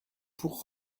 pour